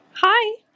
Hi